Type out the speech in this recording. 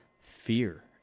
fear